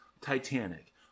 *Titanic*